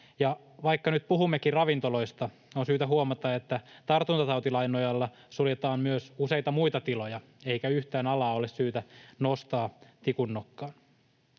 vaikka nyt puhummekin ravintoloista, on syytä huomata, että tartuntatautilain nojalla suljetaan myös useita muita tiloja eikä yhtään alaa ole syytä nostaa tikun nokkaan.